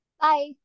Bye